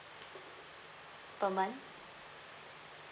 per month